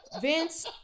Vince